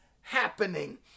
happening